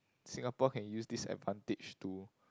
Singapore can use this advantage to